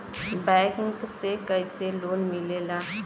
Bank से कइसे loan मिलेला?